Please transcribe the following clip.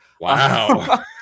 Wow